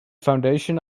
foundation